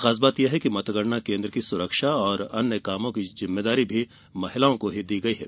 खास बात यह है कि मतगणना केन्द्र की सुरक्षा और अन्य कामों की जिम्मेदारी भी महिलाओं को ही दी गई है